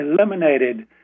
eliminated